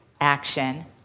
Action